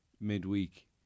midweek